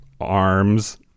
arms